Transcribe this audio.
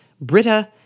Britta